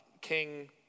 King